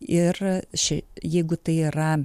ir ši jeigu tai yra